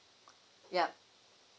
yup